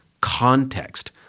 context